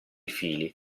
fili